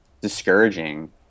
discouraging